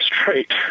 straight